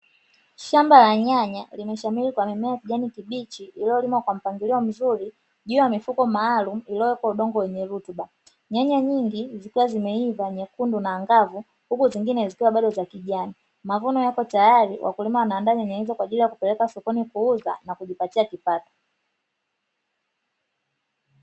Shamba la nyanya limeshamiri kwa mimea ya kijani kibichi, iliyolimwa kwa mpangilio mzuri juu ya mifuko maalumu iliyowekwa udongo wenye rutuba. Nyanya nyingi zikiwa zimeiva nyekundu na angavu huku zingine zikiwa bado za kijani. Mavuno yapo tayari, wakulima wanaandaa nyanya hizo kwaajili ya kupeleka sokoni kuuza na kujipatia kipato.